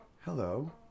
hello